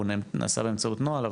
הוא נעשה באמצעות נוהל,